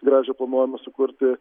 grožią planuojama sukurti